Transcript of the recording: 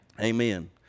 Amen